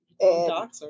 and-